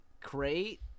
crate